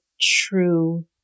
true